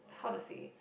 how to say